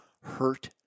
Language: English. Hurt